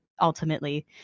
ultimately